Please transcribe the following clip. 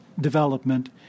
development